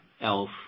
Elf